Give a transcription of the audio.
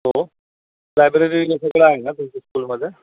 हो लायब्ररी वगैरे सगळं आहे ना तुमच्या स्कूलमध्ये